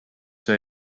see